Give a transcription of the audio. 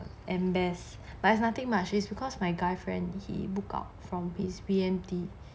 and best but it's nothing much is because my guy friend he book out from his B_M_T